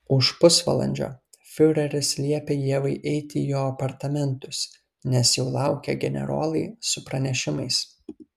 už pusvalandžio fiureris liepė ievai eiti į jo apartamentus nes jau laukė generolai su pranešimais